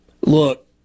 Look